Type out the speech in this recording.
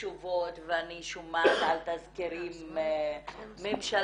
תשובות ואני שומעת על תזכירים ממשלתיים,